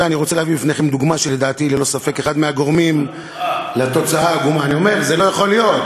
אני אומר, זה לא יכול להיות.